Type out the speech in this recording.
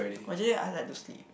actually I like to sleep